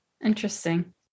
Interesting